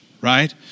right